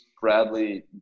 Bradley